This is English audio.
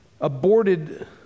aborted